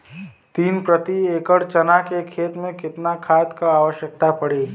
तीन प्रति एकड़ चना के खेत मे कितना खाद क आवश्यकता पड़ी?